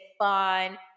fun